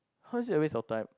how is it a waste of time